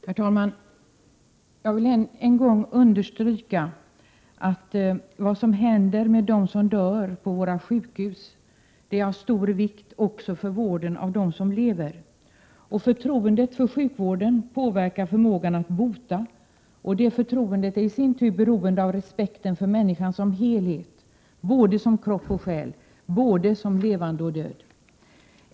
Herr talman! Jag vill än en gång understryka att vad som händer med dem som dör på våra sjukhus är av stor vikt också för vården av dem som lever. Och förtroendet för sjukvården påverkar förmågan att bota, och det förtroendet är i sin tur beroende av respekten för människan som helhet, som både kropp och själ, som både levande och död.